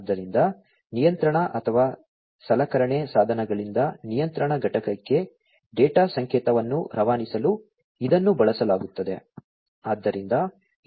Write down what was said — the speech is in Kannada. ಆದ್ದರಿಂದ ನಿಯಂತ್ರಣ ಅಥವಾ ಸಲಕರಣೆ ಸಾಧನಗಳಿಂದ ನಿಯಂತ್ರಣ ಘಟಕಕ್ಕೆ ಡೇಟಾ ಸಂಕೇತವನ್ನು ರವಾನಿಸಲು ಇದನ್ನು ಬಳಸಲಾಗುತ್ತದೆ